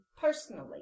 personally